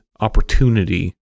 opportunity